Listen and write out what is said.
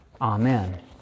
Amen